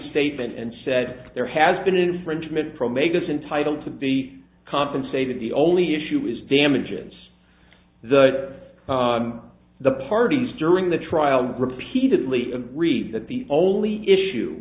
statement and said there has been infringement from make this entitle to be compensated the only issue is damages the the parties during the trial repeatedly agreed that the only issue